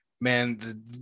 man